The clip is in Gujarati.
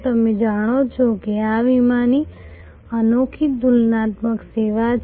તમે જાણો છો કે આ વીમાની અનોખી તુલનાત્મક સેવા છે